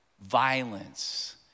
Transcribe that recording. violence